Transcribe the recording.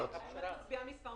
סתם לדוגמה,